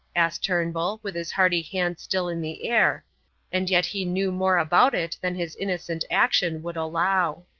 asked turnbull, with his hearty hand still in the air and yet he knew more about it than his innocent action would allow.